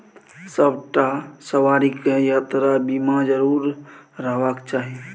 सभटा सवारीकेँ यात्रा बीमा जरुर रहबाक चाही